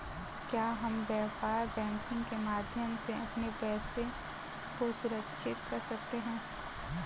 क्या हम व्यापार बैंकिंग के माध्यम से अपने पैसे को सुरक्षित कर सकते हैं?